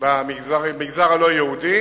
במגזר הלא-יהודי.